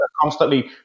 constantly